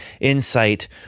insight